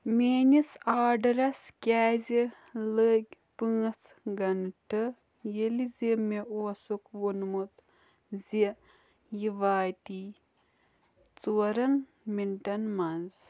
میٲنِس آڈرَس کیٛازِ لٔگۍ پانٛژھ گنٹہٕ ییٚلہِ زِ مےٚ اوسُکھ وونمُت زِ یہِ واتی ژورن منٹَن منٛز